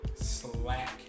slack